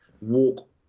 walk